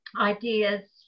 ideas